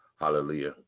hallelujah